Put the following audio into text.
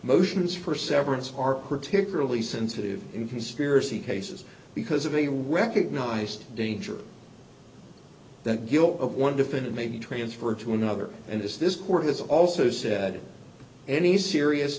motions for severance are particularly sensitive in conspiracy cases because of a recognized danger that guilt of one defendant may be transferred to another and is this court has also said any serious